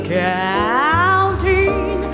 counting